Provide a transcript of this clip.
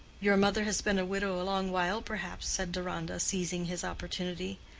your mother has been a widow a long while, perhaps, said deronda, seizing his opportunity.